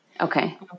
Okay